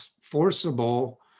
forcible